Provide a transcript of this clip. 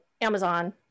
Amazon